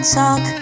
talk